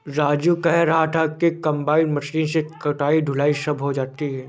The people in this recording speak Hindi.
राजू कह रहा था कि कंबाइन मशीन से कटाई धुलाई सब हो जाती है